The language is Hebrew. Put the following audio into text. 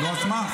תגיד לי,